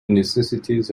necessities